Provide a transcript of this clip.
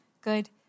good